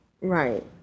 Right